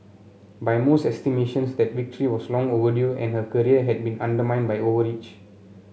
by most estimations that victory was long overdue and her career had been undermined by overreach